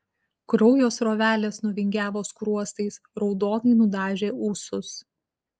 kraujo srovelės nuvingiavo skruostais raudonai nudažė ūsus